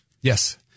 Yes